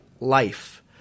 life